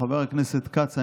חבר הכנסת כץ,